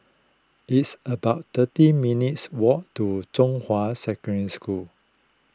it's about thirty minutes' walk to Zhonghua Secondary School